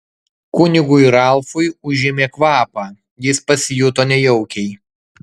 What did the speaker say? kunigui ralfui užėmė kvapą jis pasijuto nejaukiai